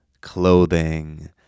clothing